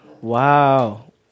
Wow